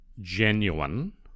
genuine